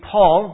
Paul